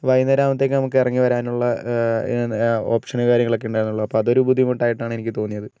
വൈകുന്നേരം ആകുമ്പോഴേക്കും നമുക്ക് ഇറങ്ങി വരാനുള്ള ഓപ്ഷൻ കാര്യങ്ങളൊക്കെ ഉണ്ടായിരുന്നുള്ളു അപ്പം അതൊരു ബുദ്ദിമുട്ടായിട്ടാണ് എനിക്ക് തോന്നിയത്